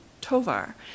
Tovar